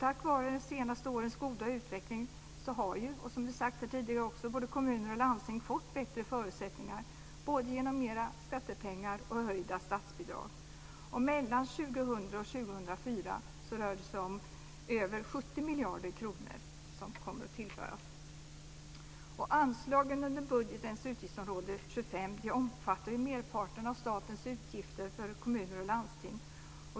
Tack vare de senaste årens goda utveckling har ju också, som vi tidigare sagt, kommuner och landsting fått bättre förutsättningar genom både mer skattepengar och höjda statsbidrag. Mellan 2000 och 2004 rör det sig om över 70 miljarder kronor som kommer att tillföras. Anslagen under budgetens utgiftsområde 25 omfattar ju merparten av statens utgifter för kommuner och landsting.